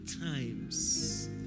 times